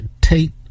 Tate